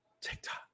TikTok